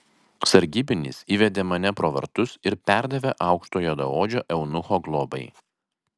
sargybinis įvedė mane pro vartus ir perdavė aukšto juodaodžio eunucho globai